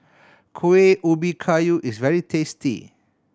Kueh Ubi Kayu is very tasty